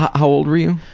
how old were you?